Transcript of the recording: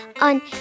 on